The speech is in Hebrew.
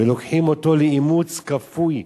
ולוקחים אותו לאימוץ כפוי,